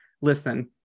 listen